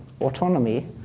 autonomy